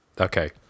okay